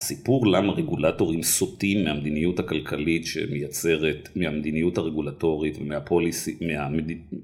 סיפור למה רגולטורים סוטים מהמדיניות הכלכלית שמייצרת, מהמדיניות הרגולטורית ומהפוליסי..